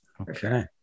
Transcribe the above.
okay